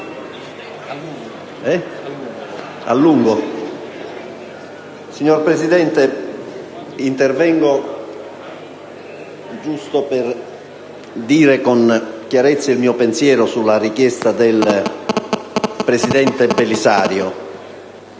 Signor Presidente, intervengo solo per esprimere con chiarezza il mio pensiero sulla richiesta avanzata dal presidente Belisario.